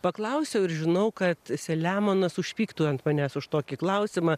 paklausiau ir žinau kad seliamonas užpyktų ant manęs už tokį klausimą